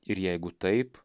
ir jeigu taip